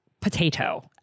potato